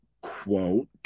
quote